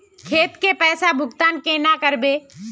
खेत के पैसा भुगतान केना करबे?